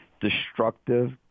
destructive